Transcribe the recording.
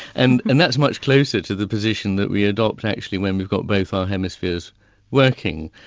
and and that's much closer to the position that we adopt actually when we've got both our hemispheres working.